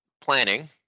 planning